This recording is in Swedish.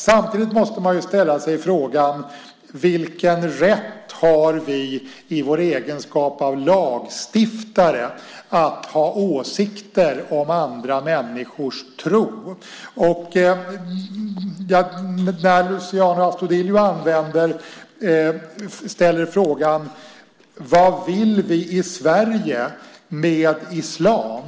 Samtidigt måste man ställa frågan: Vilken rätt har vi i vår egenskap av lagstiftare att ha åsikter om andra människors tro? Luciano Astudillo frågar vad vi i Sverige vill med islam.